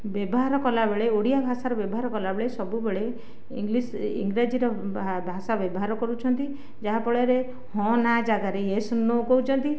ବ୍ୟବହାର କଲାବେଳେ ଓଡ଼ିଆ ଭାଷାର ବ୍ୟବହାର କଲାବେଳେ ସବୁବେଳେ ଇଙ୍ଗଲିସ୍ ଇଂରାଜୀର ଭାଷା ବ୍ୟବହାର କରୁଛନ୍ତି ଯାହା ଫଳରେ ହଁ ନା ଜାଗାରେ ଏସ ନୋ କହୁଛନ୍ତି